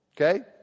okay